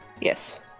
Yes